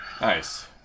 Nice